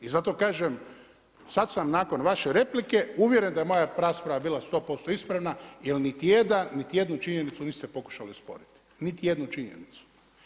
I zato kažem, sad sam nakon vaše replike, uvjeren da je moja rasprava bila 100% ispravna, jer niti jednu činjenicu niste pokušali usporiti, niti jednu činjenicu.